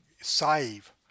save